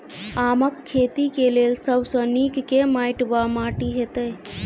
आमक खेती केँ लेल सब सऽ नीक केँ माटि वा माटि हेतै?